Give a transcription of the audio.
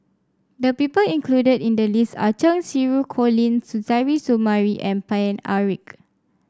the people included in the list are Cheng Xinru Colin Suzairhe Sumari and Paine Eric